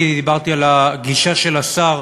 אני דיברתי על הגישה של השר,